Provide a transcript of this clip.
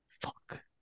Fuck